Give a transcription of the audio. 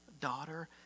daughter